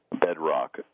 bedrock